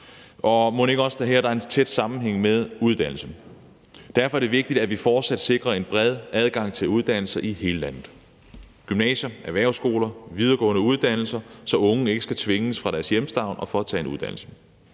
og mon ikke også der her er en tæt sammenhæng med uddannelse. Derfor er det vigtigt, at vi fortsat sikrer en bred adgang til uddannelser i hele landet. Det drejer sig om gymnasier, erhvervsskoler og videregående uddannelser, så unge ikke skal tvinges fra deres hjemstavn for at tage en uddannelse.